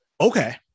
okay